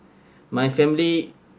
my family